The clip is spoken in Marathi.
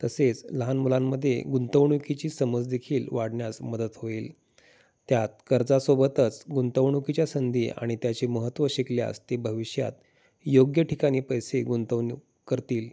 तसेच लहान मुलांमध्ये गुंतवणुकीची समज देखील वाढण्यास मदत होईल त्यात कर्जासोबतच गुंतवणुकीच्या संधी आणि त्याचे महत्त्व शिकल्यास ते भविष्यात योग्य ठिकाणी पैसे गुंतवणूक करतील